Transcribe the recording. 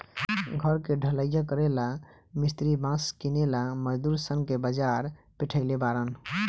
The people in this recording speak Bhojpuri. घर के ढलइया करेला ला मिस्त्री बास किनेला मजदूर सन के बाजार पेठइले बारन